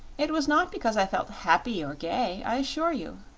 it was not because i felt happy or gay, i assure you.